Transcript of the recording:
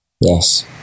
Yes